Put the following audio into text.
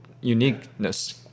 uniqueness